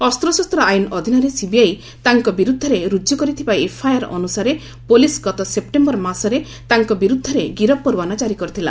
ଅସ୍ପଶସ୍ତ ଆଇନ ଅଧୀନରେ ସିବିଆଇ ତାଙ୍କ ବିରୁଦ୍ଧରେ ରୁଜୁ କରିଥିବା ଏଫ୍ଆଇଆର୍ ଅନୁସାରେ ପୁଲିସ୍ ଗତ ସେପ୍ଟେମ୍ବର ମାସରେ ତାଙ୍କ ବିରୁଦ୍ଧରେ ଗିରଫ ପର୍ୱାନା କାରି କରିଥିଲା